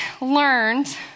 learned